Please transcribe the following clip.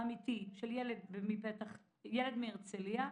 סיפור אמיתי של ילד בן תשע מהרצליה,